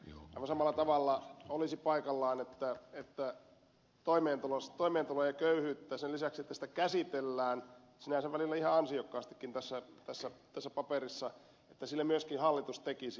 aivan samalla tavalla olisi paikallaan että toimeentulolle ja köyhyydelle sen lisäksi että niitä käsitellään sinänsä välillä ihan ansiokkaastikin tässä paperissa myöskin hallitus tekisi jotakin